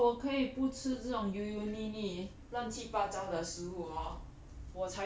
but 如果我可以不吃这种油油腻腻乱七八糟的食物 orh